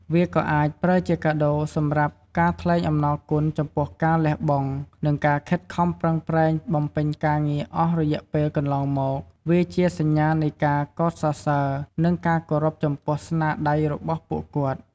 វាក៏អាចប្រើជាការដូរសម្រាប់ការថ្លែងអំណរគុណចំពោះការលះបង់ និងការខិតខំប្រឹងប្រែងបំពេញការងារអស់រយៈពេលកន្លងមក វាជាសញ្ញានៃការកោតសរសើរ និងការគោរពចំពោះស្នាដៃរបស់ពួកគាត់។